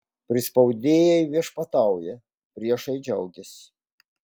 prispaudėjai viešpatauja priešai džiaugiasi